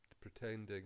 pretending